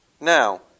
Now